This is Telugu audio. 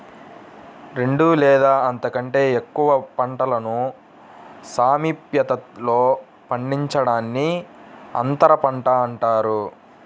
రెండు లేదా అంతకంటే ఎక్కువ పంటలను సామీప్యతలో పండించడాన్ని అంతరపంట అంటారు